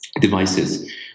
devices